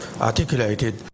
articulated